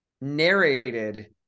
narrated